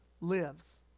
lives